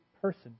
person